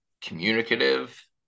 communicative